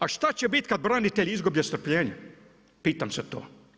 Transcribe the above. A šta će biti kad branitelji izgube strpljenje, pitam se to.